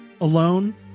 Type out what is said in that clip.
alone